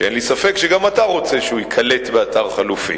ואין לי ספק שגם אתה רוצה שהוא ייקלט באתר חלופי.